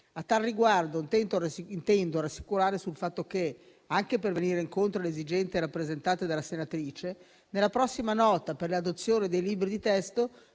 A tale riguardo, intendo rassicurare sul fatto che, anche per venire incontro alle esigenze rappresentate dalla senatrice, nella prossima nota per l'adozione dei libri di testo